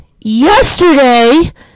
yesterday